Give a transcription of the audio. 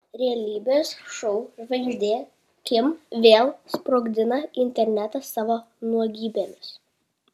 realybės šou žvaigždė kim vėl sprogdina internetą savo nuogybėmis